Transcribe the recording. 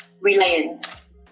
reliance